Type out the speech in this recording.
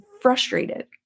frustrated